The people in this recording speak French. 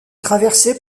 traversée